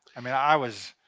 i mean, i was,